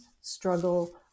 struggle